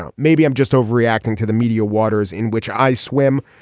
um maybe i'm just overreacting to the media waters in which i swim.